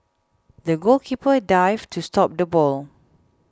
the goalkeeper dived to stop the ball